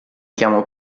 chiamo